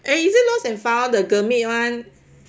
eh is it lost and found the gurmit [one]